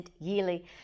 yearly